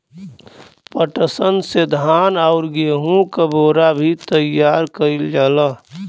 पटसन से धान आउर गेहू क बोरा भी तइयार कइल जाला